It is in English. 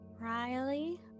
Riley